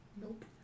Nope